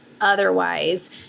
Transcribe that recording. Otherwise